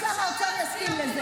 אם האוצר לא יתנגד,